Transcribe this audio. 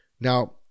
Now